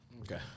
Okay